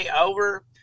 over